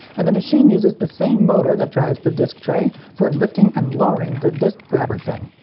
and the machine uses the same motor that drives the disc tray for lifting and lowering the disc grabber thing.